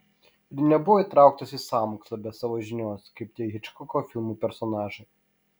ir nebuvo įtrauktas į sąmokslą be savo žinios kaip tie hičkoko filmų personažai